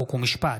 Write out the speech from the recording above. חוק ומשפט.